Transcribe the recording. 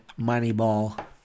Moneyball